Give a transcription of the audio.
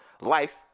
life